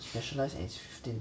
specialised and it's fifteen